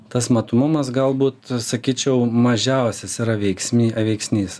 tas matomumas galbūt sakyčiau mažiausias yra veiksmy veiksnys